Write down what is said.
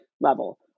level